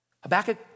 Habakkuk